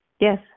Yes